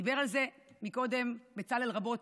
דיבר על זה קודם בצלאל רבות,